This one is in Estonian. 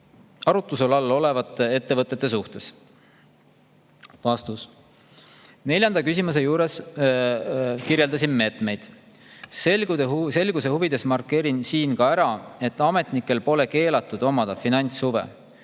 arutluse all oleva ettevõtte suhtes?" Vastus. Neljanda küsimuse [vastuses ma] kirjeldasin neid meetmeid. Selguse huvides markeerin siin ära, et ametnikel pole keelatud omada finantshuve.